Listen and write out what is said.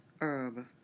herb